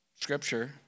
scripture